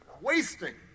wasting